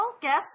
guest